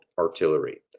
artillery